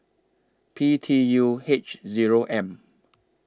P T U H Zero M